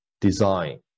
design